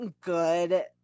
good